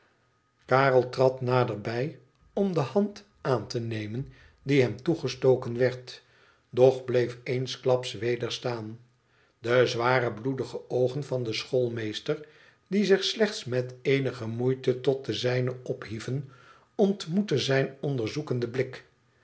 karel trad naderbij om de hand aan te nemen die hem toegestoken werd doch bleef eensklaps weder staan de zware bloedige ooen van den schoolmeester die zich slechts met eenige moeite tot de zijne ophieven ontmoetten zijn onderzoekenden blik